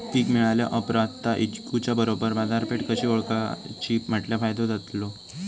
पीक मिळाल्या ऑप्रात ता इकुच्या बरोबर बाजारपेठ कशी ओळखाची म्हटल्या फायदो जातलो?